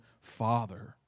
father